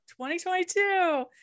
2022